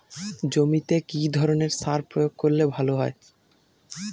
জমিতে কি ধরনের সার প্রয়োগ করলে ভালো হয়?